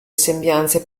sembianze